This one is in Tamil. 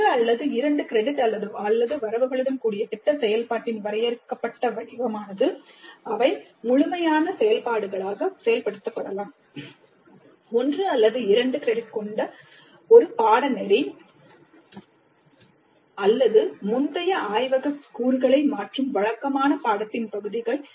ஒன்று அல்லது இரண்டு வரவுகளுடன் கூடிய திட்ட செயல்பாட்டின் வரையறுக்கப்பட்ட வடிவம் அவை முழுமையான செயல்பாடுகளாக செயல்படுத்தப்படலாம் ஒன்று அல்லது இரண்டு கிரெடிட் கொண்ட கொண்ட ஒரு பாடநெறி அல்லது முந்தைய ஆய்வகக் கூறுகளை மாற்றும் வழக்கமான பாடத்தின் பகுதிகள்